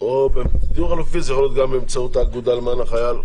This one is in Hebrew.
זה יכול להיות גם באמצעות האגודה למען החייל.